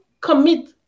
commit